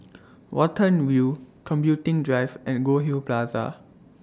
Watten View Computing Drive and Goldhill Plaza